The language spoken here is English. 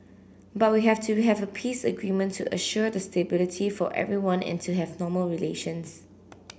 but we have to have a peace agreement to assure the stability for everyone and to have normal relations